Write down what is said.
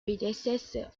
predecessor